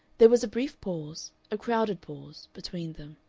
there was a brief pause, a crowded pause, between them.